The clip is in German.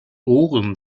ohren